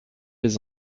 les